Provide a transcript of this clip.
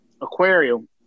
aquarium